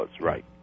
Right